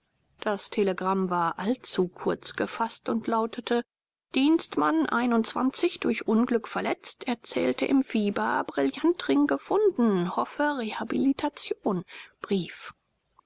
das telegramm war allzu kurz gefaßt und lautete dienstmann durch unglück verletzt erzählte im fieber brillantring gefunden hoffe rehabilitation brief